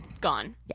gone